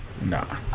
Nah